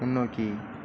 முன்னோக்கி